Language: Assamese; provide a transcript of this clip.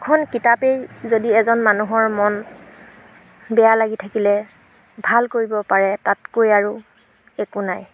কিতাপেই যদি এজন মানুহৰ মন বেয়া লাগি থাকিলে ভাল কৰিব পাৰে তাতকৈ আৰু একো নাই